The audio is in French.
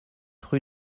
rue